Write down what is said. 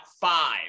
five